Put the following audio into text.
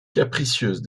capricieuse